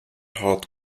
hard